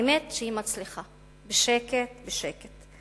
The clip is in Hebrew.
האמת שהיא מצליחה בשקט בשקט,